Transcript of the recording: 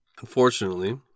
Unfortunately